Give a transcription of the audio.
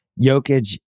Jokic